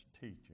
teaching